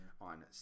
on